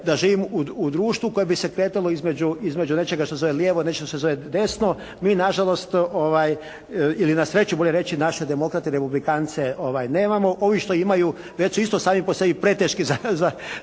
da živim u društvu koje bi se kretalo između nečega što se zove lijevo, nečega što se zove desno. Mi nažalost ili na sreću bolje reći naše demokrate republikance nemamo. Ovi što imaju već su isto sami po sebi preteški za